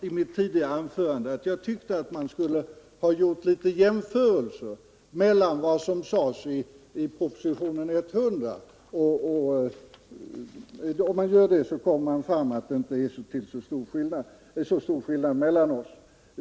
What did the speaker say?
I mitt tidigare anförande sade jag att man borde ha gjort jämförelser med vad som sades i propositionen 100. Gör man det kommer man fram till att det inte är så stor skillnad mellan oss.